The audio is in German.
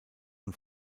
von